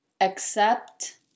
Accept